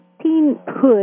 teenhood